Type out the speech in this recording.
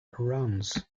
runs